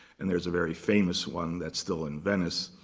and there's a very famous one that's still in venice.